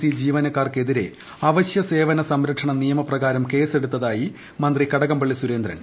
C ജീവനക്കാർക്കെതിരെ അപ്പ്ക്യ് സേവന സംരക്ഷണ നിയമം പ്രകാരം കേസെടുത്തതായി മന്ത്രി ്കടകംപള്ളി സുരേന്ദ്രൻ